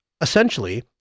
essentially